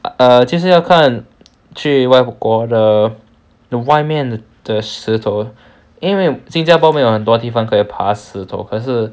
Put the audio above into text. err 就是要看去外国的的外面的石头因为新加坡没有很多地方可以爬石头可是